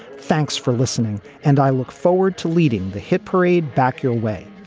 thanks for listening. and i look forward to leading the hit parade. back your way.